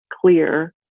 clear